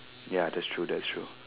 ya that's true that's true